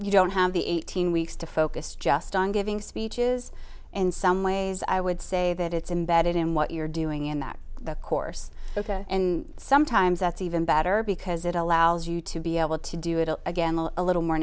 you don't have the eighteen weeks to focus just on giving speeches in some ways i would say that it's embedded in what you're doing in that course and sometimes that's even better because it allows you to be able to do it again a little more